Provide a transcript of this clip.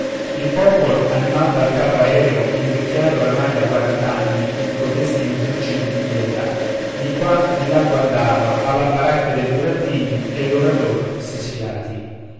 il popol animal dal capo aereo invecchiato oramai da quarant'anni in cotesti mezzucci di ringhiera di qua di là guardava alla baracca de burattini e l'orator si sfiati